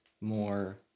more